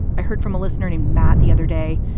i heard from a listener named matt the other day,